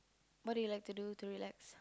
what do you like to do to relax